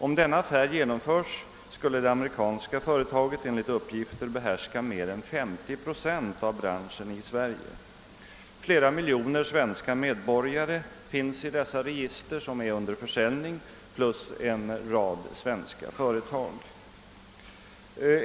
Om denna affär genomföres, skulle det amerikanska företaget enligt uppgifter behärska mer än 50 procent av branschen i Sverige. Flera miljoner svenska medborgare finns i dessa register som är under försäljning plus en rad svenska företag.